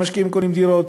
המשקיעים קונים דירות,